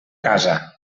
casa